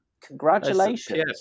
Congratulations